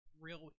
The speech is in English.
real